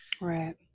Right